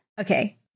Okay